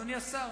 אדוני השר,